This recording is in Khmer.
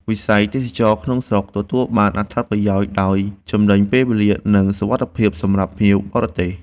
វិស័យទេសចរណ៍ក្នុងស្រុកទទួលបានអត្ថប្រយោជន៍ ដោយចំណេញពេលវេលា និងសុវត្ថិភាពសម្រាប់ភ្ញៀវបរទេស។